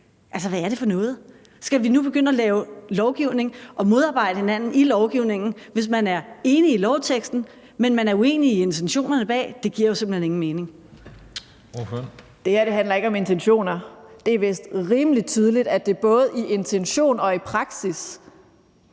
Altså, hvad er det for noget? Skal vi nu begynde at lave lovgivning og modarbejde hinanden i lovgivningen, hvis man er enig i lovteksten, men man er uenig i intentionerne bag? Det giver jo simpelt hen ingen mening. Kl. 13:57 Den fg. formand (Christian Juhl): Ordføreren. Kl. 13:57 Samira